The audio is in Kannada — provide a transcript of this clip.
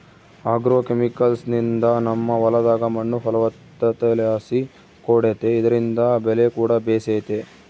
ಆಗ್ರೋಕೆಮಿಕಲ್ಸ್ನಿಂದ ನಮ್ಮ ಹೊಲದಾಗ ಮಣ್ಣು ಫಲವತ್ತತೆಲಾಸಿ ಕೂಡೆತೆ ಇದ್ರಿಂದ ಬೆಲೆಕೂಡ ಬೇಸೆತೆ